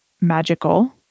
magical